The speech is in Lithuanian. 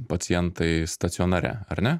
pacientai stacionare ar ne